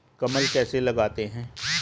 कलम कैसे लगाते हैं?